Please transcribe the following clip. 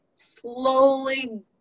Slowly